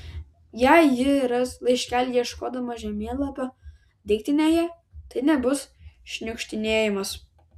jei ji ras laiškelį ieškodama žemėlapio daiktinėje tai nebus šniukštinėjimas